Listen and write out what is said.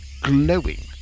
glowing